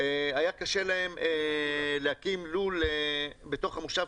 היה קשה להם להקים לול בתוך המושב,